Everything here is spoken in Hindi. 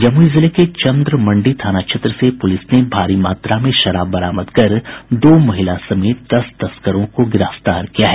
जमुई जिले के चंद्रमंडी थाना क्षेत्र से पुलिस ने भारी मात्रा में शराब बरामद कर दो महिला समेत दस तस्करों को गिरफ्तार किया है